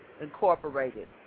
Incorporated